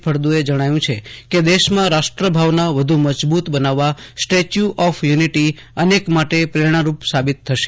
ફળદુએ જજ્ઞાવ્યું છે કે દેશમાં રાષ્ટ્ર ભાવના વધુ મજબૂત બનાવવા સ્ટેચ્યુ ઓફ યુનિટી અનેક માટે પ્રેરણારૂપ સાબિત થશે